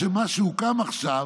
ממשלה, מה שהוקם עכשיו.